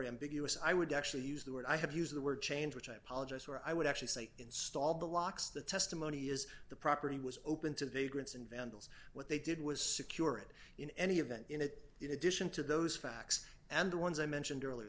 ambiguous i would actually use the word i have used the word change which i apologise for i would actually say install the locks the testimony is the property was open today grants and vandals what they did was secure it in any event in it in addition to those facts and the ones i mentioned earlier